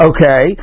Okay